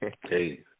Hey